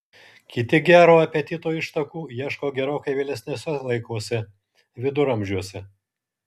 kiti gero apetito ištakų ieško gerokai vėlesniuose laikuose viduramžiuose